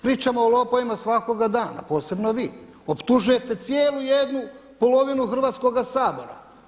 Pričamo o lopovima svakoga dana, posebno vi, optužujete cijelu jednu polovinu Hrvatskoga sabora.